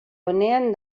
onean